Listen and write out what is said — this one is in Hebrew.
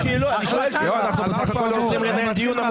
אנחנו דואגים לכספי הציבור.